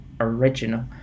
original